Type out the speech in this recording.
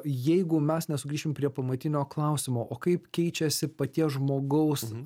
jeigu mes nesugrįšim prie pamatinio klausimo o kaip keičiasi paties žmogaus